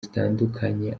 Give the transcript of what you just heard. zitandukanye